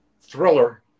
Thriller